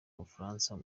bufaransa